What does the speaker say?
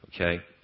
okay